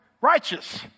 righteous